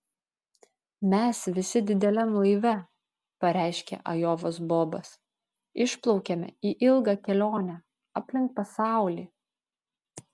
mes visi dideliam laive pareiškė ajovos bobas išplaukiame į ilgą kelionę aplink pasaulį